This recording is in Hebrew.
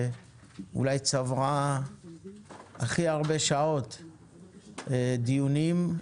ואולי צברה הכי הרבה שעות דיונים,